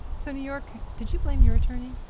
so new york, did you blame your attorney?